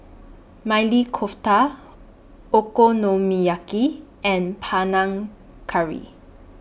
Maili Kofta Okonomiyaki and Panang Curry